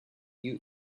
you